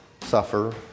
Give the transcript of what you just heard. suffer